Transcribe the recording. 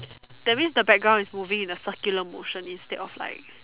that means the background is moving in a circular motion instead of like